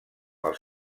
els